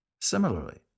Similarly